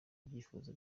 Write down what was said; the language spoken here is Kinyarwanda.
ibyifuzo